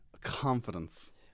Confidence